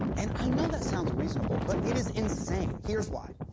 and i know that sounds reasonable, but it is insane. here's why.